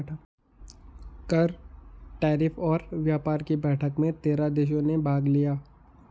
कर, टैरिफ और व्यापार कि बैठक में तेरह देशों ने भाग लिया